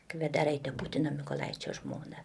kvederaitę putino mykolaičio žmoną